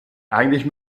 eigentlich